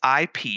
IP